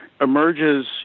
emerges